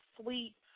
sweet